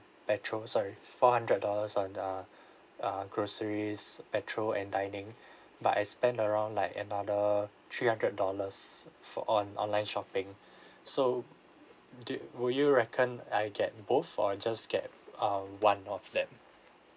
petrol sorry four hundred dollars on uh uh groceries petrol and dining but I spend around like another three hundred dollars for on online shopping so do will you reckon I get both or just get uh one of them